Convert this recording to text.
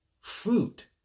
fruit